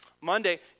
Monday